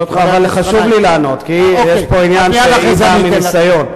אבל חשוב לי לענות כי יש פה עניין שהיא באה מניסיון.